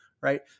right